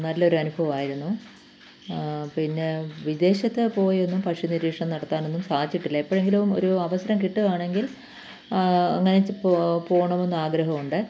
നല്ലൊരു അനുഭവമായിരുന്നു പിന്നെ വിദേശത്തു പോയി ഒന്നും പക്ഷി നിരീക്ഷണം നടത്താൻ ഒന്നും സാധിച്ചിട്ടില്ല എപ്പോഴെങ്കിലും ഒരു അവസരം കിട്ടുകയാണെങ്കിൽ അങ്ങനെ ചെ പോ പോകണമെന്ന് ആഗ്രഹമുണ്ട്